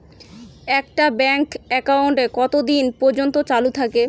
একটা bank account কতদিন পর্যন্ত চালু থাকে?